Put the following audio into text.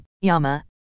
YAMA